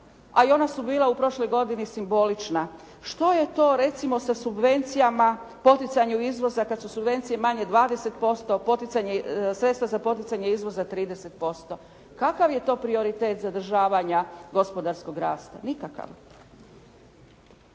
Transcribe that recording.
a i ona su bila u prošloj godini simbolična? Što je to recimo sa subvencijama, poticanju izvoza kad su subvencije manje 20%, sredstva za poticanje izvoza 30%. Kakav je to prioritet zadržavanja gospodarskog rasta? Nikakav.